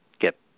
get